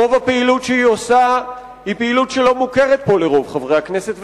רוב הפעילות שהיא עושה היא פעילות שלא מוכרת פה לרוב חברי הכנסת,